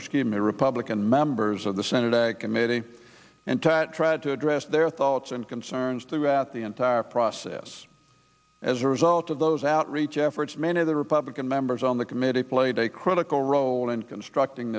scheme republican members of the senate committee and tatt tried to address their thoughts and concerns throughout the entire process as a result of those outreach efforts many of the republican members on the committee played a critical role in constructing